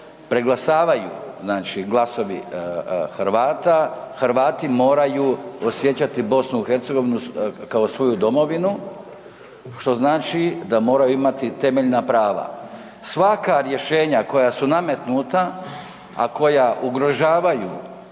preglasavaju znači glasovi Hrvata, Hrvati moraju osjećati BiH kao svoju domovinu što znači da moraju imati temeljna prava. Svaka rješenja koja su nametnuta a koja ugrožavaju i